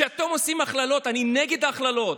כשאתם עושים הכללות, אני נגד הכללות.